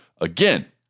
Again